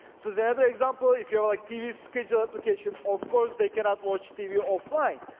so the other example, if you like tv schedule application, of course they cannot watch tv offline,